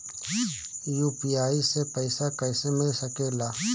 UPI से पइसा कईसे मिल सके ला?